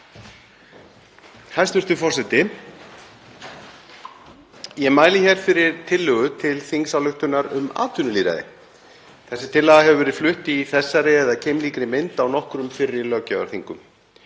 Hæstv. forseti. Ég mæli hér fyrir tillögu til þingsályktunar um atvinnulýðræði. Þessi tillaga hefur verið flutt í þessari eða keimlíkri mynd á nokkrum fyrri löggjafarþingum.